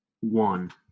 one